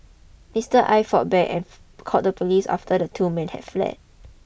Mister Aye fought back called the police after the two men had fled